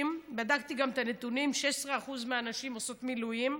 ובדקתי גם את הנתונים: 16% מהנשים עושות מילואים.